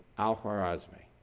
al-khwarizmi.